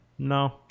No